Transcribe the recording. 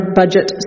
budget